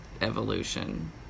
evolution